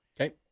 Okay